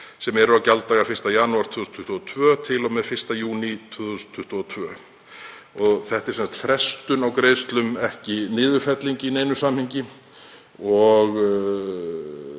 sem eru á gjalddaga 1. janúar 2022 til og með 1. júní 2022.“ Þetta er sem sagt frestun á greiðslum, ekki niðurfelling í neinu samhengi.